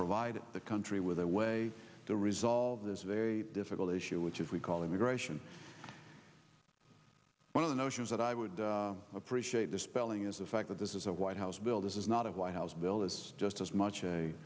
provide the country with a way to resolve this very difficult issue which is we call immigration one of the notions that i would appreciate the spelling is the fact that this is a white house bill this is not a white house bill is just as much a